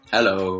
Hello